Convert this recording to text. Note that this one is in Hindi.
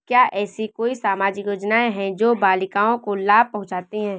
क्या ऐसी कोई सामाजिक योजनाएँ हैं जो बालिकाओं को लाभ पहुँचाती हैं?